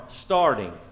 starting